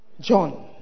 john